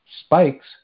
spikes